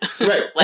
Right